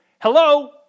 hello